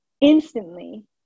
instantly